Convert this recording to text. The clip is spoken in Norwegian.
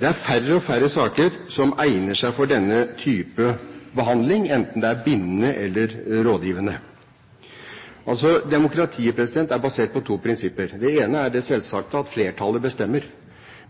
Det er færre og færre saker som egner seg for denne type behandling, enten det er bindende eller rådgivende folkeavstemning. Demokratiet er basert på to prinsipper. Det ene er det selvsagte, at flertallet bestemmer.